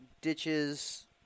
Ditches